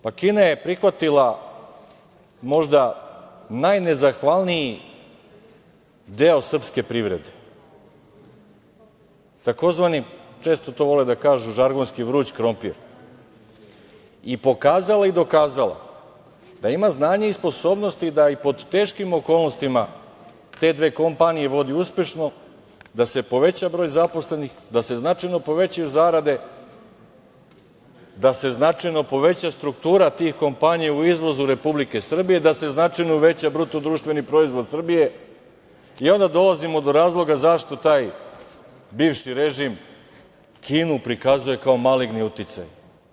Pa, Kina je prihvatila, možda najnezahvalniji deo srpske privrede, takozvani, često to vole da kažu, žargonski, vruć krompir i pokazala i dokazala, da ima znanje i sposobnosti, da i pod teškim okolnostima, te dve kompanije vodi uspešno, da se poveća broj zaposlenih, da se značajno povećaju zarade, da se značajno poveća struktura tih kompanija u izvozu Republike Srbije i da se značajno uveća BDP Srbije i onda dolazimo do razloga zašto taj bivši režim Kinu prikazuje, kao maligni uticaj.